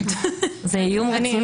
תודה.